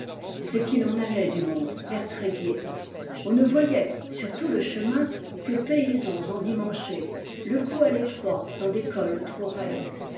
c'est qu'il en allait du monde vers tréguier on ne voyait sur tout le chemin que paysans endimanchés le cou à l'étroit dans des cols trop raides